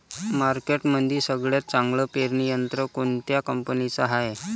मार्केटमंदी सगळ्यात चांगलं पेरणी यंत्र कोनत्या कंपनीचं हाये?